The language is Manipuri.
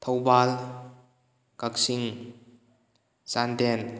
ꯊꯧꯕꯥꯜ ꯀꯛꯆꯤꯡ ꯆꯥꯟꯗꯦꯜ